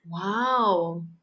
Wow